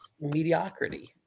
mediocrity